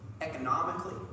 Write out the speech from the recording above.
Economically